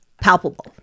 palpable